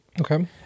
Okay